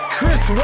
Chris